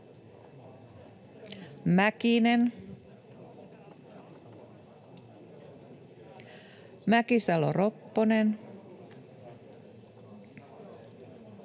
Merja Mäkisalo-Ropponen